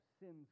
sin's